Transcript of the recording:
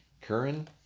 Curran